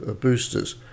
boosters